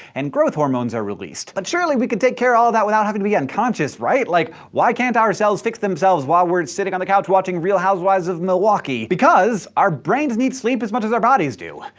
and growth hormones are released. but surely we could take care of all of that without having to be unconscious, right? like why can't ourselves fix themselves while we're sitting on the couch watching real housewives of milwaukee. because our brains need sleep as much as our bodies do.